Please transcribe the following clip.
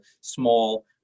small